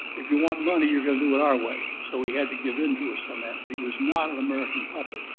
if you want money you're gonna do it our way. so he had to give in to us on that, but he was not an american puppet.